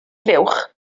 fuwch